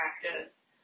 practice